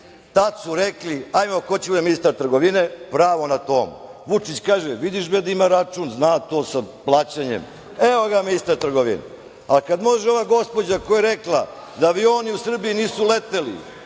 tad su rekli ajde ko će da bude ministar trgovine, pravo na to, Vučić kaže – vidiš bre da ima račun, zna to sa plaćanjem, evo ga ministar trgovine, a kad može ova gospođa koja je rekla da avioni u Srbiji nisu leteli